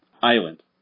Island